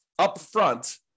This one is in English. upfront